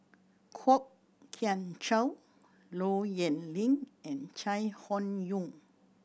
Kwok Kian Chow Low Yen Ling and Chai Hon Yoong